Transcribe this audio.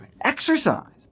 Exercise